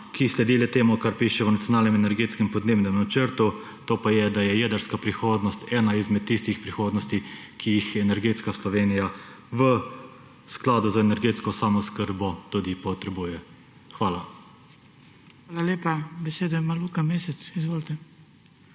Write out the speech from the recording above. ki sledi le temu, kar piše v Nacionalnem energetskem in podnebnem načrtu, to pa je, da je jedrska prihodnost ena izmed tistih prihodnosti, ki jih energetska Slovenija v skladu z energetsko samooskrbo tudi potrebuje. Hvala. **PODPREDSEDNIK BRANKO SIMONOVIČ:**